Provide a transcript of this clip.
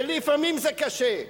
ולפעמים זה קשה,